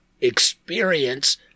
experience